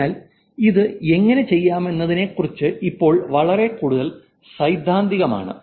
അതിനാൽ ഇത് എങ്ങനെ ചെയ്യാമെന്നതിനെക്കുറിച്ച് ഇപ്പോൾ വരെ കൂടുതൽ സൈദ്ധാന്തികമാണ്